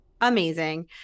amazing